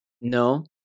No